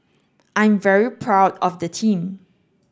I'm very proud of the team